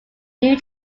new